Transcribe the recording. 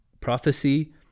Prophecy